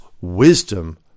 wisdom